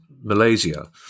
Malaysia